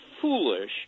foolish